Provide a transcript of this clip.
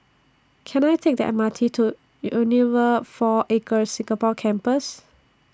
Can I Take The M R T to Unilever four Acres Singapore Campus